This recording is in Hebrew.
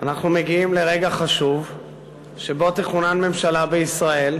אנחנו מגיעים לרגע חשוב שבו תכונן ממשלה בישראל.